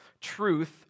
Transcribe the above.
truth